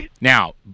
Now